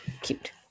Cute